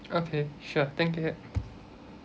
okay sure thank you